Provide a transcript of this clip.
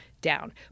down